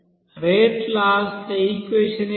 rate laws లఈక్వెషన్స్ ఏమిటి